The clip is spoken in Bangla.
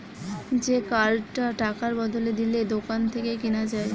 যে কার্ডটা টাকার বদলে দিলে দোকান থেকে কিনা যায়